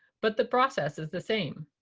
but the process is the same.